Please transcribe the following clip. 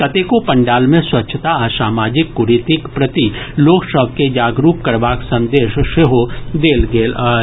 कतेको पंडाल मे स्वच्छता आ सामाजिक कुरीतिक प्रति लोक सभ के जागरूक करबाक संदेश सेहो देल गेल अछि